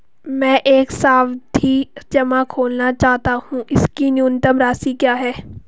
मैं एक सावधि जमा खोलना चाहता हूं इसकी न्यूनतम राशि क्या है?